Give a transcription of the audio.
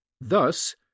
Thus